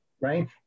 right